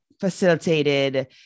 facilitated